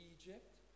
Egypt